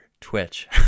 twitch